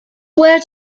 where